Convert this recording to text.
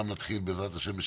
בעזרת השם,